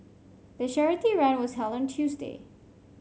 the charity run was held on Tuesday